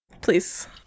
Please